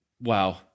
Wow